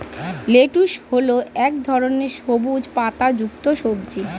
lettuce হল এক ধরনের সবুজ পাতাযুক্ত সবজি